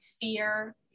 fear